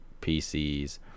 pcs